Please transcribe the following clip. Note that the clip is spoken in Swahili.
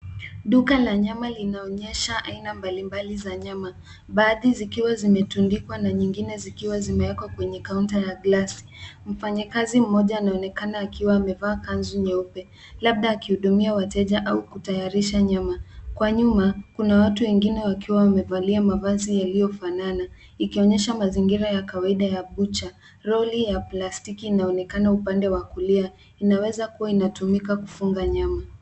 Duka la nyama linaonyesha aina mbalimbali za nyama. Baadhi zikiwa zimetundikwa na nyingine zikiwa zimeekwa kwenye counter ya glasi. Mfanyakazi mmoja anaonekana akiwa amevaa kanzu nyeupe, labda akihudumia wateja au kutayarisha nyama. Kwa nyuma, kuna watu wengine wakiwa wamevalia mavazi yaliyofanana, ikionyesha mazingira ya kawaida ya butcher . Lori ya plastiki inaonekana upande wa kulia. Inaweza kuwa inatumika kufunga nyama.